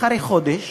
אחרי חודש